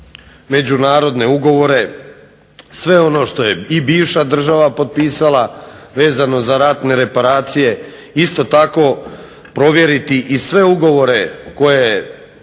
međunarodne ugovore, sve ono što je i bivša država potpisala vezano za ratne reparacije. Isto tako provjeriti i sve ugovore koje